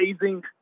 amazing